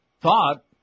thought